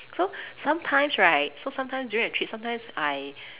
so sometimes right so sometimes during the trip sometimes I